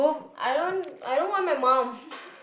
I don't I don't want my mum